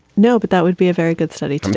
no, but that would be a very good study to do.